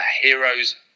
heroes